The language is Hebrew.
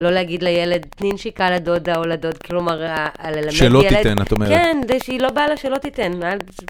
לא להגיד לילד, תני נשיקה לדודה או לדוד, כלום הרע. שלא תיתן, את אומרת. כן, היא לא בא לה, שלא תיתן.